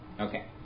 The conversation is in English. Okay